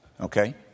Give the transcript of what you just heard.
okay